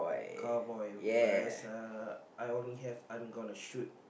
cowboy whereas uh I only have I'm gonna shoot